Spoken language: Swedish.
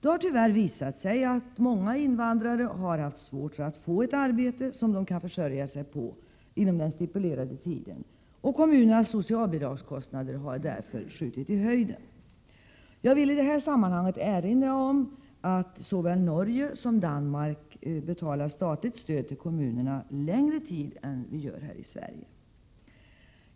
Det har tyvärr visat sig att många invandrare har haft svårt att få ett arbete som de kan försörja sig på inom den stipulerade tiden, och kommunernas socialbidragskostnader har därför skjutit i höjden. Jag vill i detta sammanhang erinra om att såväl Norge som Danmark betalar statligt stöd till kommunerna längre tid än vi gör här i Sverige.